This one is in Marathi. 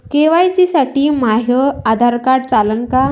के.वाय.सी साठी माह्य आधार कार्ड चालन का?